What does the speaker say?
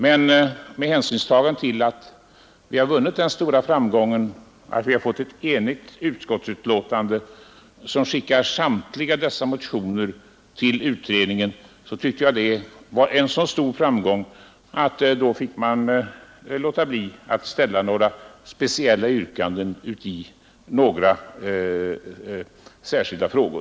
Men med hänsyn till att vi vunnit den stora framgången att vi fått ett enigt utskott som skickar samtliga dessa motioner till utredningen tyckte jag att man fick låta bli att ställa några speciella yrkanden i särskilda frågor.